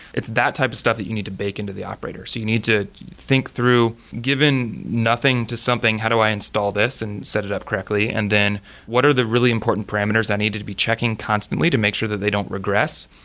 it's that type of stuff that you need to bake into the operator. so you need to think through, given nothing to something how do i install this and set it up correctly. and then then what are the really important parameters that needed to be checking constantly to make sure that they don't regress,